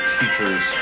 teacher's